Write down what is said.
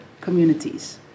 communities